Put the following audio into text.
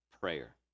Prayer